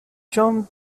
john